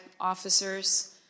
officers